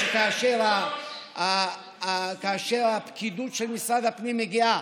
שכאשר הפקידות של משרד השיכון מגיעה